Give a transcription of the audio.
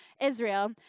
Israel